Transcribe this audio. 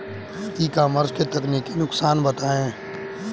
ई commerce के तकनीकी नुकसान बताएं?